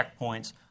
checkpoints